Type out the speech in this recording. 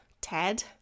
Ted